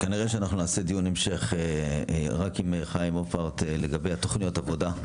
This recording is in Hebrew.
כנראה שאנחנו נעשה דיון המשך רק עם חיים הופרט לגבי תוכניות עבודה.